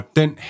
den